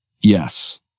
yes